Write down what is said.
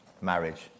marriage